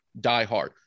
diehard